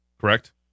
correct